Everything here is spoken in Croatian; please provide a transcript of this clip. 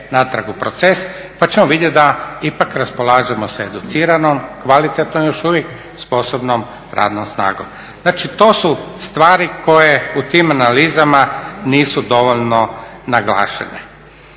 pa ćemo vidjet da ipak raspolažemo sa educiranom, kvalitetno još uvijek sposobnom radnom snagom. Znači to su stvari koje u tim analizama nisu dovoljno naglašene.